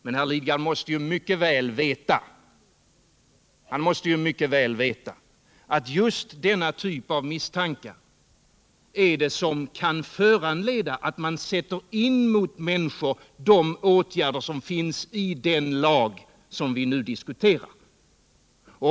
Men herr Lidgard måste ju mycket väl veta att det är just denna typ av misstankar som kan föranleda att man mot människor sätter in åtgärder som finns i den lag vi nu diskuterar.